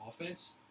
offense